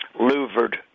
louvered